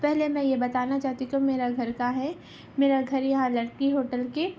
پہلے میں یہ بتانا چاہتی ہو کہ میرا گھر کاں ہے میرا گھر یہاں لکی ہوٹل کے